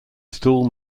stool